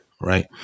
right